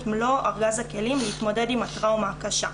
מלוא ארגז הכלים להתמודד עם הטראומה הקשה,